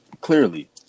Clearly